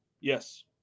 Yes